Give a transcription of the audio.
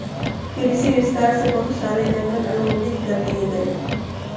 कृषि विस्तार से बहुत सारे जंगल उन्मूलित कर दिए गए